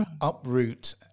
uproot